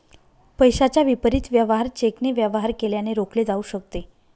पैशाच्या विपरीत वेवहार चेकने वेवहार केल्याने रोखले जाऊ शकते